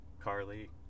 Carly